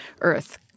earth